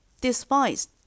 despise